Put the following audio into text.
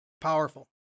powerful